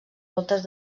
voltes